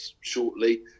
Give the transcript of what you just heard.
shortly